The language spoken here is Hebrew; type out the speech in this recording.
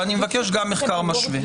אני מבקש גם מחקר משווה.